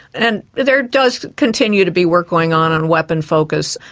and there does continue to be work going on on weapon focus.